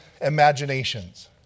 imaginations